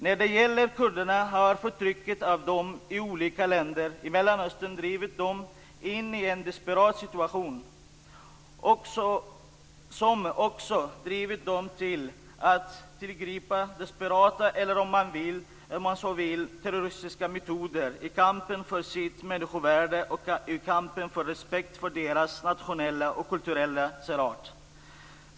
Förtrycket av kurderna i olika länder i Mellanöstern har drivit dem in i en desperat situation, som också drivit dem till att tillgripa desperata eller om man så vill terroristiska metoder i kampen för sitt människovärde och i kampen för respekt för sin nationella och kulturella särart.